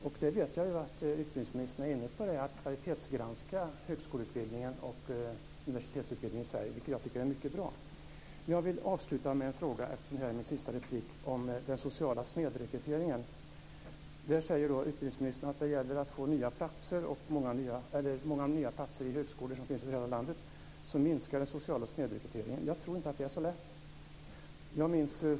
Jag vet att utbildningsministern är inne på att kvalitetsgranska högskoleutbildningen och universitetsutbildningen i Sverige, vilket jag tycker är mycket bra. Eftersom det här är min sista replik vill jag avsluta med en fråga om den sociala snedrekryteringen. Utbildningsministern säger att det gäller att få många nya platser i högskolor över hela landet. Då minskar den sociala snedrekryteringen. Jag tror inte att det är så lätt.